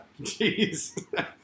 Jeez